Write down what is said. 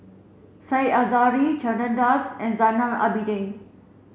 Said Zahari Chandra Das and Zainal Abidin